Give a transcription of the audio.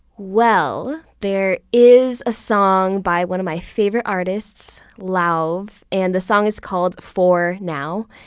well, there is a song by one of my favorite artists lauv and the song is called for now.